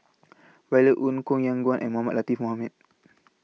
Violet Oon Koh Yong Guan and Mohamed Latiff Mohamed